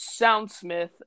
Soundsmith